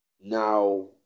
now